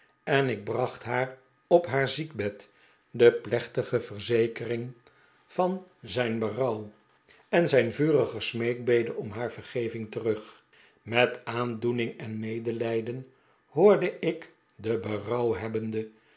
en ik bracht haar op haar ziekbed de plechtige verzekering van zijn berouw en zijn vurige smeekbede om haar verge ving terug met aandoehing en medelijden hoorde ik den